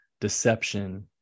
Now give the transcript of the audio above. deception